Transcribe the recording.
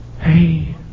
Hey